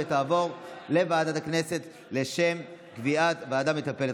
ותעבור לוועדת הכנסת לשם קביעת ועדה מטפלת.